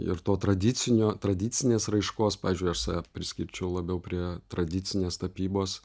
ir to tradicinio tradicinės raiškos pavyzdžiui aš save priskirčiau labiau prie tradicinės tapybos